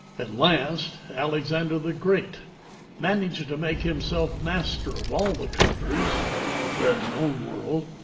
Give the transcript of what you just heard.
at last alexander the great managed to make himself master of all the countries of the then-known world.